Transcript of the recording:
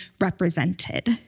represented